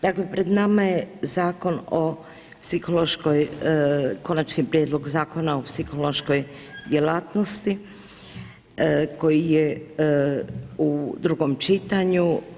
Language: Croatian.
Dakle, pred nama je zakon o psihološkoj, Konačni prijedlog Zakona o psihološkoj djelatnosti koji je u drugom čitanju.